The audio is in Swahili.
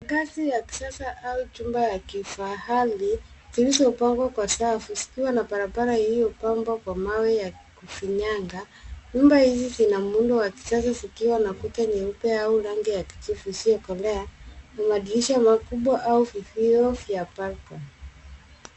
Ngazi ya kisasa au jumba ya kifahari, zilizopangwa kwa safu zikiwa na barabara iliyopambwa kwa mawe ya kufinyanga. Nyumba hizi zina muundo wa kisasa, zikiwa na kuta nyeupe au rangi ya kijivu isiyokolea, na madirisha makubwa au vifio vya balcony .